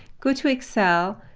go to excel,